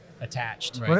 attached